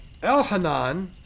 Elhanan